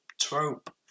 trope